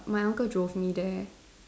my uncle drove me there